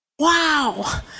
Wow